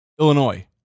Illinois